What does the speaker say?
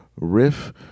riff